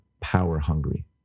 power-hungry